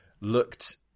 Looked